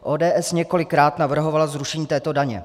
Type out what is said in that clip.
ODS několikrát navrhovala zrušení této daně.